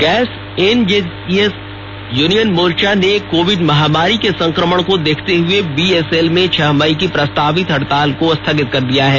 gas NJCS union मोर्चा ने Covid महामारी के संक्रमण को देखते हुए बीएसएल में छह मई की प्रस्तावित हड़ताल को स्थगित कर दिया है